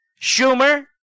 Schumer